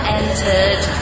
entered